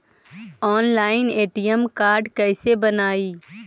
Online ATM card कैसे बनाई?